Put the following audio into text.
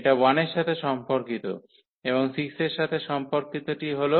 এটা 1 এর সাথে সম্পর্কিত এবং 6 এর সাথে সম্পর্কিতটি হল